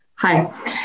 Hi